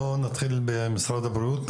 נתחיל עם משרד הבריאות.